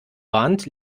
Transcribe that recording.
warnt